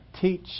Teach